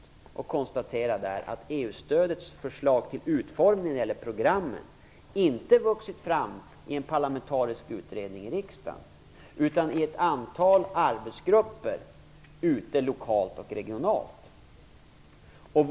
Man har konstaterat att förslagen till utformning av programmen när det gäller EU-stödet inte vuxit fram i en parlamentarisk utredning i riksdagen utan i ett antal lokala och regionala arbetsgrupper.